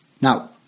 Now